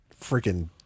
freaking